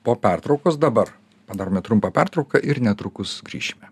po pertraukos dabar padarome trumpą pertrauką ir netrukus grįšime